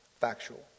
Factual